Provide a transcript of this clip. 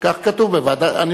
מה שכתבו בוועדת שרים.